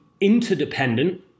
interdependent